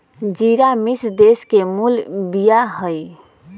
ज़िरा मिश्र देश के मूल बिया हइ